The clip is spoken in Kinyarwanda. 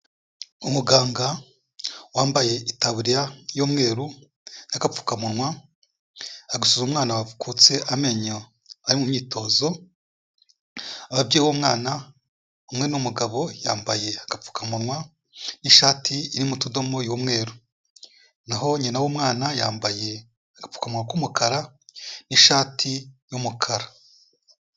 Umuganga wambaye itaburiya y'umweru n'agapfukamunwa ari gusuhuza umwana wakutse amenyo ari mu myitozo, ababyeyi b'uwo mwana, umwe ni umugabo, yambaye agapfukamunwa n'ishati irimo utudomo y'uweruru naho nyina w'umwana yambaye agapfukanwa k'umukara n'ishati y'umukara.